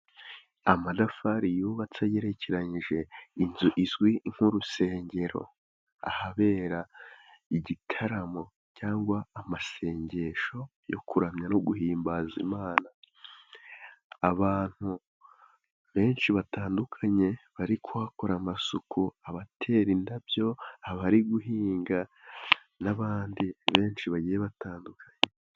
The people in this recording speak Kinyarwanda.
Amatafari yubatse agerekeranyije, inzu izwi nk'urusengero ahabera igitaramo cyangwa amasengesho yo kuramya no guhimbaza Imana, abantu benshi batandukanye bari kuhakora amasuku, abatera indabyo, abari guhinga n'abandi benshi bagiye batandukanye.